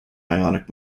ionic